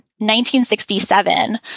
1967